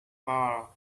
bar